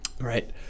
right